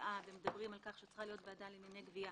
ההצעה ומדברים על כך שצריכה להיות ועדה לענייני גבייה